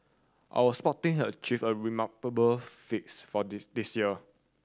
our sport team have achieved remarkable fakes for this this year